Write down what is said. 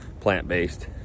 plant-based